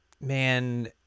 man